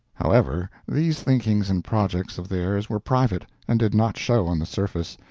however, these thinkings and projects of theirs were private, and did not show on the surface,